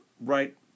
right